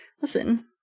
Listen